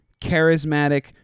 charismatic